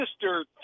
sister